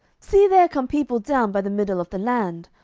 see there come people down by the middle of the land,